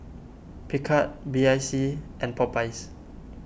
Picard B I C and Popeyes